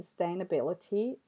sustainability